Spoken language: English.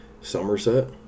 Somerset